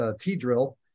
T-drill